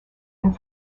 and